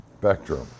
spectrum